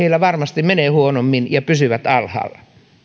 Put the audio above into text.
varmasti menee huonommin ja he pysyvät alhaalla